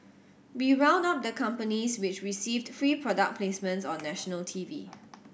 we round up the companies which received free product placements on national T V